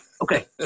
Okay